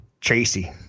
Tracy